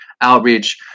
outreach